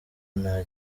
nta